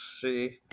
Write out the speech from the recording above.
see